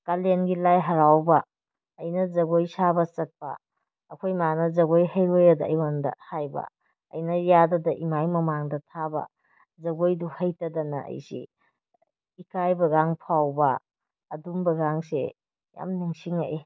ꯀꯥꯂꯦꯟꯒꯤ ꯂꯥꯏ ꯍꯔꯥꯎꯕ ꯑꯩꯅ ꯖꯒꯣꯏ ꯁꯥꯕ ꯆꯠꯄ ꯑꯩꯈꯣꯏ ꯃꯥꯅ ꯖꯒꯣꯏ ꯍꯩꯔꯣꯏꯑꯗꯅ ꯑꯩꯉꯣꯟꯗ ꯍꯥꯏꯕ ꯑꯩꯅ ꯌꯥꯗꯗꯅ ꯏꯃꯥꯏ ꯃꯃꯥꯡꯗ ꯁꯥꯕ ꯖꯒꯣꯏꯗꯨ ꯍꯩꯇꯗꯅ ꯑꯩꯁꯤ ꯏꯀꯥꯏꯕꯒ ꯐꯥꯎꯕ ꯑꯗꯨꯝꯕꯒꯁꯦ ꯌꯥꯝ ꯅꯤꯡꯂꯤꯡꯂꯛꯏ